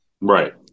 right